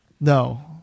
No